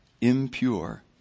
impure